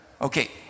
Okay